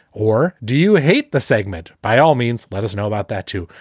or do you hate the segment? by all means, let us know about that, too.